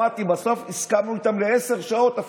ובסוף הסכמנו איתם לעשר שעות,